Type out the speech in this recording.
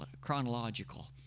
chronological